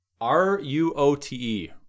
r-u-o-t-e